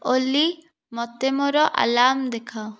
ଓଲି ମୋତେ ମୋର ଆଲାର୍ମ ଦେଖାଅ